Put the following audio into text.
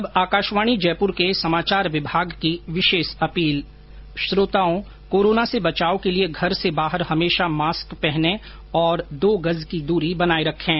और अब आकाशवाणी जयपुर के समाचार विभाग की विशेष अपील श्रोताओं कोरोना से बचाव के लिए घर से बाहर हमेशा मास्क पहने और दो गज की दूरी बनाए रखें